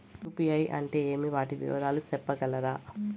UPI అంటే ఏమి? వాటి వివరాలు సెప్పగలరా?